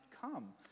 come